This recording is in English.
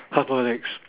half boiled eggs